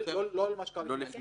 לא על מה שקרה לפני.